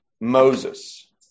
Moses